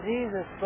Jesus